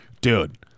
Dude